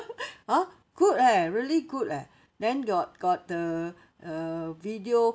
hor good eh really good leh then got got the uh video